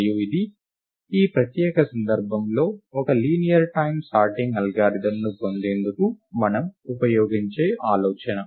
మరియు ఇది ఈ ప్రత్యేక సందర్భంలో ఒక లీనియర్ టైమ్ సార్టింగ్ అల్గారిథమ్ని పొందేందుకు మనం ఉపయోగించే ఆలోచన